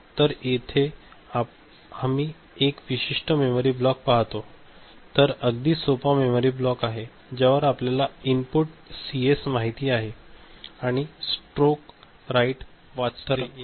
तर येथे आम्ही एक विशिष्ट मेमरी ब्लॉक पाहतो एक अगदी सोपा मेमरी ब्लॉक आहे ज्यावर आपल्याला इनपुट सीएस माहित आहे आणि स्ट्रोक राइट वाचते यावर नियंत्रण आहे